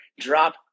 Drop